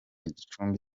gicumbi